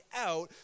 out